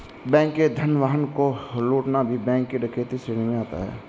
bank के धन वाहन को लूटना भी बैंक डकैती श्रेणी में आता है